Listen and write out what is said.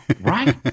Right